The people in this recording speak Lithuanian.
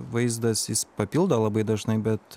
vaizdas jis papildo labai dažnai bet